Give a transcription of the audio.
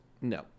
No